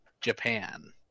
Japan